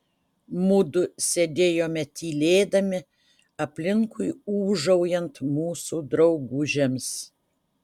mudu sėdėjome tylėdami aplinkui ūžaujant mūsų draugužiams